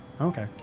Okay